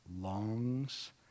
longs